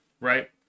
right